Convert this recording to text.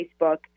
Facebook